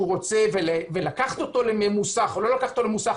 רוצה ולקחת אותו למוסך או לא לקחת אותו למוסך,